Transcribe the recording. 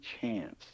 chance